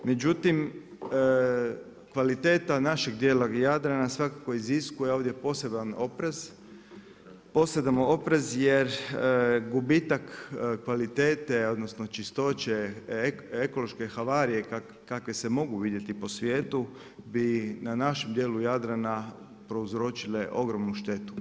Međutim, kvaliteta našeg dijela Jadrana svakako iziskuje ovdje poseban oprez, posebno oprez jer gubitak kvalitete, odnosno, čistoće, ekološke havarije kakve se mogu vidjeti po svijetu i na našem dijelu Jadrana prouzročile ogromnu štetu.